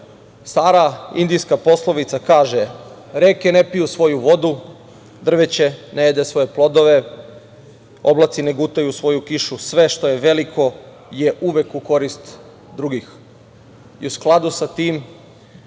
indijska poslovica kaže – reke ne piju svoju vodu, drveće ne jede svoje plodove, oblaci ne gutaju svoju kišu, sve što je veliko je uvek u korist drugih